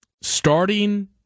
starting